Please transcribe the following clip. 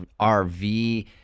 RV